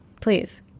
Please